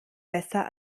besser